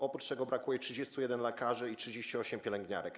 Oprócz tego brakuje 31 lekarzy i 38 pielęgniarek.